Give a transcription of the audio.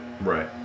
Right